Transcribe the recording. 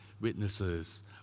witnesses